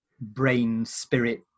brain-spirit